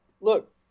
look